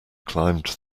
climbed